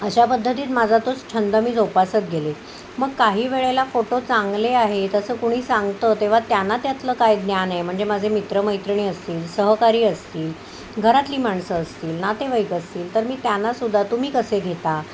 अशा पद्धतीत माझा तोच छंद मी जोपासत गेले मग काही वेळेला फोटो चांगले आहेत असं कोणी सांगतं तेव्हा त्यांना त्यातलं काय ज्ञान आहे म्हणजे माझे मित्रमैत्रिणी असतील सहकारी असतील घरातली माणसं असतील नातेवाईक असतील तर मी त्यांना सुद्धा तुम्ही कसे घेता